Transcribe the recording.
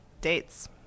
dates